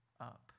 up